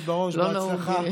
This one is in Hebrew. לא נהוג.